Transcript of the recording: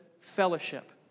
fellowship